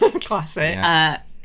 Classic